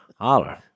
holler